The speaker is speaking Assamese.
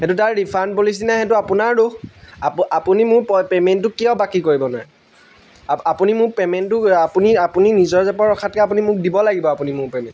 সেইটো তাৰ ৰিফাণ্ড পলিচি নাই সেইটো আপোনাৰ দোষ আপুনি মোৰ পে'মেণ্টটো কিয় বাকী কৰিব নোৱাৰে আপুনি মোক পে'মেণ্টটো আপুনি আপুনি নিজৰ জেপত ৰখাতকৈ আপুনি মোক দিব লাগিব আপুনি মোৰ পেমেণ্ট